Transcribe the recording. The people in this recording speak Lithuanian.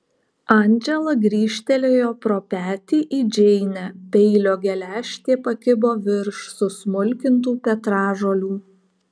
andžela grįžtelėjo pro petį į džeinę peilio geležtė pakibo virš susmulkintų petražolių